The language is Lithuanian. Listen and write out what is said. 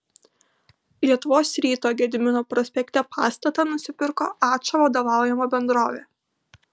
lietuvos ryto gedimino prospekte pastatą nusipirko ačo vadovaujama bendrovė